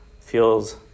feels